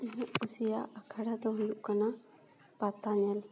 ᱤᱧᱟᱹᱜ ᱠᱩᱥᱤᱭᱟᱜ ᱟᱠᱷᱟᱲᱟ ᱫᱚ ᱦᱩᱭᱩᱜ ᱠᱟᱱᱟ ᱯᱟᱛᱟ ᱧᱮᱞ